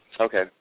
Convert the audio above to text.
Okay